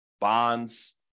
bonds